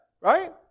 right